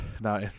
now